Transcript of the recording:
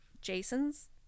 Jason's